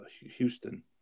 Houston